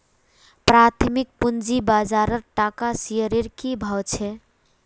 प्राथमिक पूंजी बाजारत टाटा शेयर्सेर की भाव छ